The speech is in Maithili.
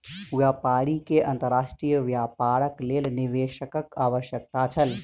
व्यापारी के अंतर्राष्ट्रीय व्यापारक लेल निवेशकक आवश्यकता छल